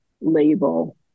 label